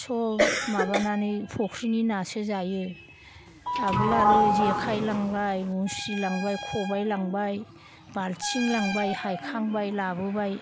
सब माबानानै फुख्रिनि नासो जायो आगोल आरो जेखाइ लांलाय मुस्रि लांबाय खबाइ लांबाय बालथिं लांबाय हायखांबाय लाबोबाय